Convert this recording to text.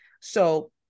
so-